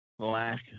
Black